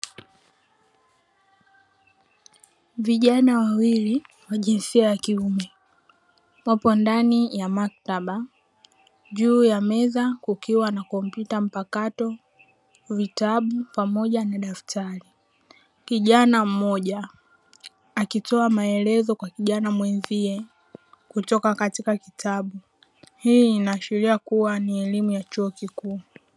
Vijana wawili wa jinsia ya kiume wapo ndani ya maktaba, juu ya meza kukiwa kompyuta mpakato, vitabu pamoja na daftari. Kijana mmoja akitoa maelezo kwa kijana mwenzie kutoka katika kitabu. Hii inaashiria kuwa ni elimu ya chuo kikuu.